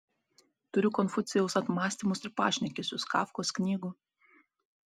turiu konfucijaus apmąstymus ir pašnekesius kafkos knygų